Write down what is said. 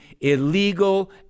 illegal